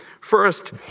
First